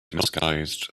disguised